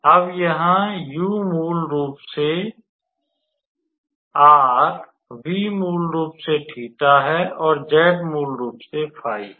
अब यहाँ u मूल रूप से r v मूल रूप से 𝜃 है और z मूल रूप से 𝜑 है